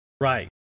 Right